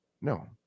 no